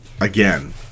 Again